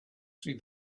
see